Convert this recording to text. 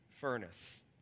furnace